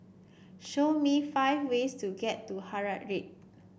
show me five ways to get to Harare